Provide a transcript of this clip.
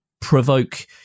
provoke